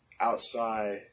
outside